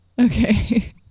Okay